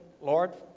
Lord